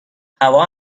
هوا